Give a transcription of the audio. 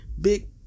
big